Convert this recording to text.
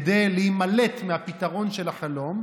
כדי להימלט מהפתרון של החלום,